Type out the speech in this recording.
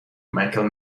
michael